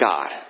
God